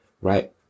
Right